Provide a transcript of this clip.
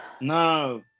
no